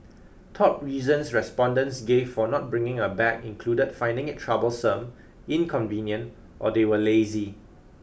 top reasons respondents gave for not bringing a bag included finding it troublesome inconvenient or they were lazy